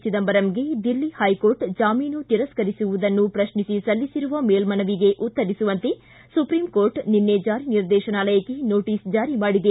ಚಿದಂಬರಂಗೆ Delhi high court ಜಾಮೀನು ತಿರಸ್ತರಿಸಿರುವುದನ್ನು ಪ್ರಶ್ನಿಸಿ ಸಲ್ಲಿಸಿರುವ ಮೇಲ್ಸನವಿಗೆ ಉತ್ತರಿಸುವಂತೆ ಸುಪ್ರೀಂಕೋರ್ಟ್ ಇಂದು ಜಾರಿ ನಿರ್ದೇಶನಾಲಯಕ್ಕೆ ನೋಟಸ್ ಜಾರಿ ಮಾಡಿದೆ